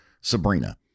Sabrina